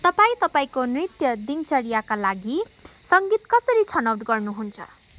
तपाईँ तपाईँको नित्य दिनचर्याका लागि सङ्गीत कसरी छनौट गर्नुहुन्छ